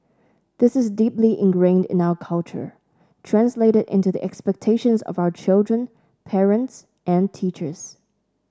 this is deeply ingrained in our culture translated into the expectations of our children parents and teachers